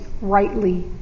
rightly